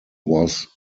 was